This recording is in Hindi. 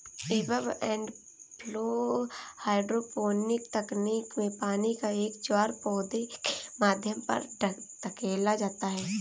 ईबब एंड फ्लो हाइड्रोपोनिक तकनीक में पानी का एक ज्वार पौधे के माध्यम पर धकेला जाता है